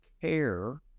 care